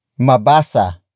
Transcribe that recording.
Mabasa